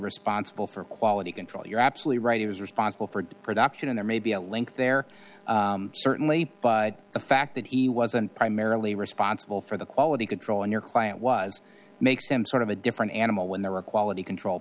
responsible for quality control you're absolutely right he was responsible for the production in there may be a link there certainly by the fact that he wasn't primarily responsible for the quality control on your client was make some sort of a different animal when there were quality control